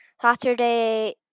saturday